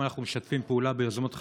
אנחנו משתפים פעולה ביוזמות חברתיות,